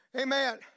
Amen